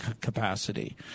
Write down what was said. capacity